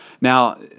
Now